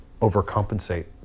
overcompensate